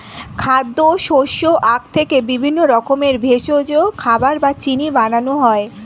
খাদ্য, শস্য, আখ থেকে বিভিন্ন রকমের ভেষজ, খাবার বা চিনি বানানো হয়